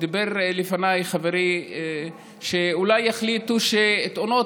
אמר לפניי חברי שאולי יחליטו שתאונות